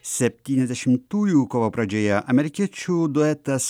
septyniasdešimtųjų kovo pradžioje amerikiečių duetas